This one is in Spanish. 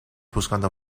buscando